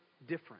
different